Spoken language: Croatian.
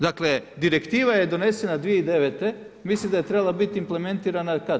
Dakle direktiva je donesena 2009., mislim da je trebala biti implementirana kad?